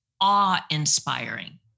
awe-inspiring